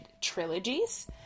Trilogies